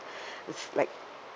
it's like